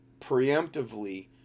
preemptively